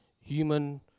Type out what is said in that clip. human